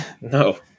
No